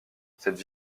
cette